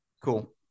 cool